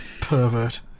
pervert